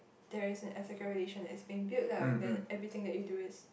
there is an ethical relation that's being built lah that everything you do it